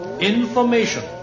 information